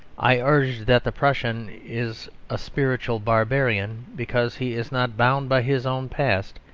i urged that the prussian is a spiritual barbarian, because he is not bound by his own past,